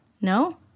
no